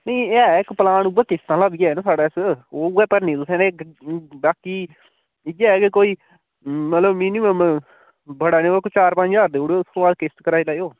नेईं ऐ इक प्लान उयै किश्तें आहला बी साढ़ै कच्छ उऐ भरनी तुसें ते बाकी इ'यै कि कोई मतलब मिनीमम बड़ा नी पर कोई चार पंंज ज्हार देई ओड़ेओ उत्थोआं किश्त कराई लैएयो